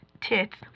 tits